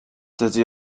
dydy